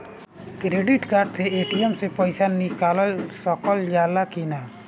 Credit card से ATM से पइसा निकाल सकल जाला की नाहीं?